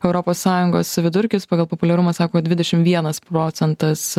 europos sąjungos vidurkis pagal populiarumą sako dvidešim vienas procentas